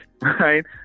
right